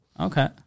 Okay